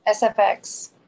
sfx